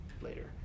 later